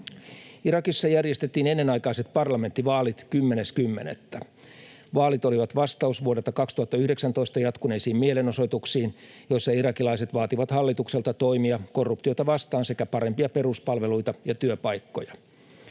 Irakissa järjestettiin ennenaikaiset parlamenttivaalit 10.10. Vaalit olivat vastaus vuodesta 2019 jatkuneisiin mielenosoituksiin, joissa irakilaiset vaativat hallitukselta toimia korruptiota vastaan sekä parempia peruspalveluita ja työpaikkoja.